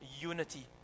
unity